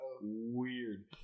weird